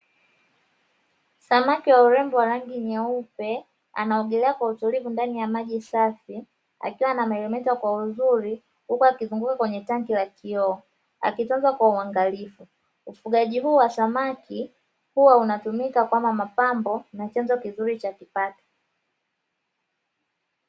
Samaki wa urembo wa rangi nyeupe anaogelea kwa utulivu ndani ya maji safi akiwa anamelemeta kwa uzuri huku akizunguka kwenye tanki la kioo akitoka kwa uangalifu; ufugaji huu wa samaki huwa unatumika kama mapambo na chanzo kizuri cha kipato.